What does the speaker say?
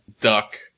duck